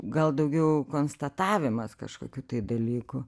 gal daugiau konstatavimas kažkokių tai dalykų